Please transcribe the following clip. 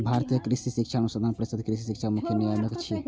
भारतीय कृषि शिक्षा अनुसंधान परिषद कृषि शिक्षाक मुख्य नियामक छियै